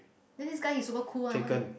then this guy he's super cool one what his name